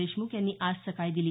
देशमुख यांनी आज सकाळी दिली